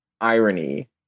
irony